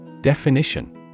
Definition